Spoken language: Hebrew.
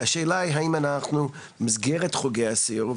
השאלה היא האם אנחנו במסגרת חוגי הסיור,